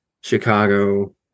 Chicago